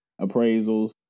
appraisals